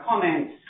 comments